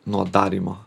nuo darymo